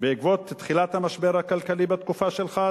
בעקבות תחילת המשבר הכלכלי בתקופה שלך,